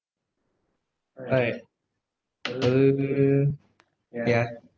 alright uh uh yeah